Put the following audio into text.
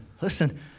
listen